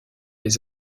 les